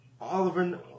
Oliver